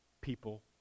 people